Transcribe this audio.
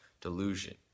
Delusion